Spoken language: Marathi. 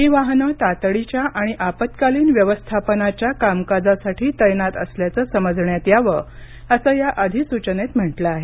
ही वाहने तातडीच्या आणि आपत्कालीन व्यवस्थापनाच्या कामकाजासाठी तैनात असल्याचं समजण्यात यावं असं या अधिसूचनेत म्हटले आहे